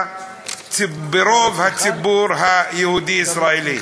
ברוב הציבור היהודי-ישראלי.